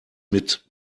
mit